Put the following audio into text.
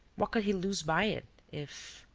what could he lose by it, if?